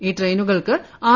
ഇൌ ട്രെയിനുകൾക്ക് ആർ